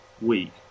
Week